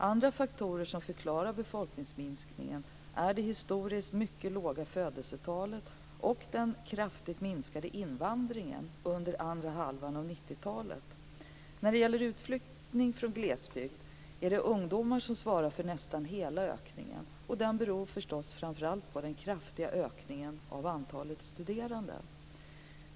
Andra faktorer som förklarar befolkningsminskningen är det historiskt mycket låga födelsetalet och den kraftigt minskade invandringen under andra halvan av 1990-talet. När det gäller utflyttning från glesbygd är det ungdomar som svarar för nästan hela ökningen. Det beror framför allt på den kraftiga ökningen av antalet studerande.